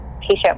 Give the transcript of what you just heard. patient